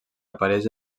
apareix